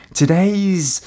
today's